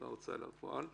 בהוצאה לפועל.